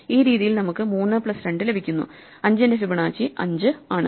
ഈ രീതിയിൽ നമുക്ക് 3 പ്ലസ് 2 ലഭിക്കുന്നു 5 ന്റെ ഫിബൊനാച്ചി 5 ആണ്